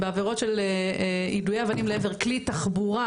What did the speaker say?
בעבירות של יידויי אבנים לעבר כלי תחבורה